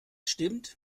stimmt